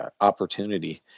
opportunity